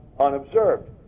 unobserved